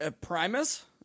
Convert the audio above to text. primus